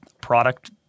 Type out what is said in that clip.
product